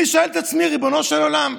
אני שואל את עצמי: ריבונו של עולם,